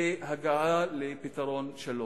בהגעה לפתרון שלום.